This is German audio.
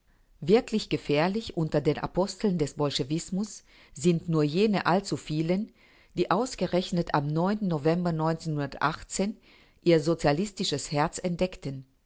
wirklich gefährlich unter den aposteln des bolschewismus sind nur jene allzuvielen die ausgerechnet am november ihr sozialistisches herz entdeckten